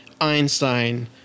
Einstein